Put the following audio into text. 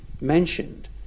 mentioned